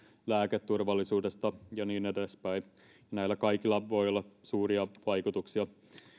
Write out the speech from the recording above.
lääketurvallisuudesta ja niin edespäin näillä kaikilla voi olla suuria vaikutuksia